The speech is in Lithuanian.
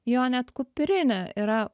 jo net kuprinė yra